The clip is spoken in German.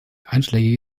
einschlägige